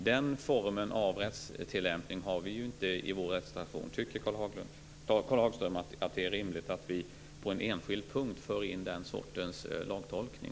Den formen av rättstillämpning har vi inte i vår rättstradition. Tycker Karl Hagström att det är rimligt att vi på en enskild punkt för in den sortens lagtolkning?